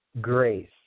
grace